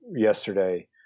yesterday